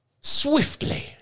swiftly